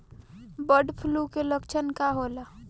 Bird flu के लक्षण का होला?